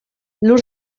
lur